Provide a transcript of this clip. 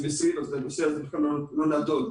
לשנת 2020 אז הנושא הזה בכלל לא נדון.